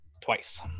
Twice